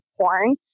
porn